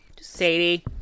Sadie